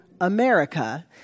America